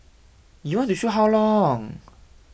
you want to shoot how long